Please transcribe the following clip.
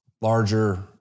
larger